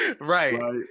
right